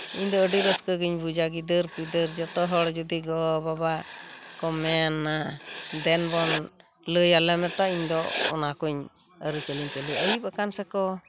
ᱤᱧ ᱫᱚ ᱟᱹᱰᱤ ᱨᱟᱹᱥᱠᱟᱹ ᱜᱤᱧ ᱵᱩᱡᱟ ᱜᱤᱫᱟᱹᱨ ᱯᱤᱫᱟᱹᱨ ᱡᱚᱛᱚᱦᱚᱲ ᱡᱩᱫᱤ ᱜᱚ ᱵᱟᱵᱟ ᱠᱚ ᱢᱮᱱᱟ ᱫᱮᱱ ᱵᱚᱱ ᱞᱟᱹᱭᱟᱞᱮ ᱢᱮᱛᱚ ᱤᱧ ᱫᱚ ᱚᱱᱟ ᱠᱩᱧ ᱟᱹᱨᱤᱪᱟᱹᱞᱤᱧ ᱪᱟᱹᱞᱩᱭᱟ ᱟᱹᱭᱩᱵ ᱟᱠᱟᱱ ᱥᱮᱠᱚ